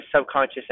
subconscious